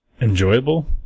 enjoyable